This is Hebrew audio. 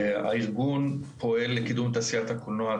הארגון פועל לקידום תעשיית הקולנוע,